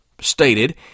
stated